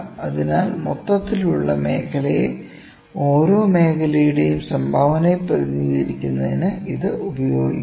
അതിനാൽ മൊത്തത്തിലുള്ള മേഖലയിലെ ഓരോ മേഖലയുടെയും സംഭാവനയെ പ്രതിനിധീകരിക്കുന്നതിന് ഇത് ഉപയോഗിക്കുന്നു